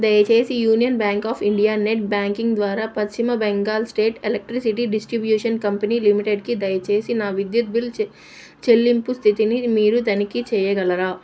దయచేసి Union Bank of India net banking ద్వారా పశ్చిమ Bengal state electricity distribution company లిమిటెడ్కి దయచేసి నా విద్యుత్ బిల్లు చె చెల్లింపు స్థితిని మీరు తనిఖీ చేయగలరా